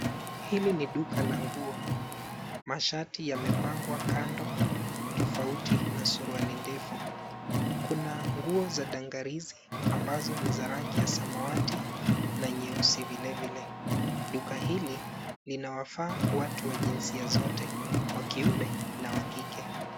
Hili ni duka la nguo. Mashati yamepangwa kando tofauti na suruali ndefu. Kuna nguo za dangari ambazo ni za rangi ya samawati na nyeusi vile vile. Duka hili linawafaa watu wa jinsia zote; wa kiume na wa kike.